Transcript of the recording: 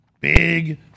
big